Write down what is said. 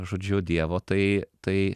žodžiu dievo tai tai